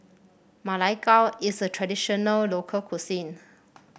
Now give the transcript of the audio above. Ma Lai Gao is a traditional local cuisine